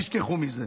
תשכחו מזה.